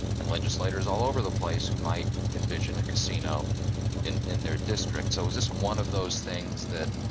and legislators all over the place who might envision a casino in in their district. so is this one of those things that